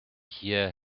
hear